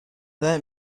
this